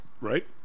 right